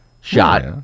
shot